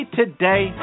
today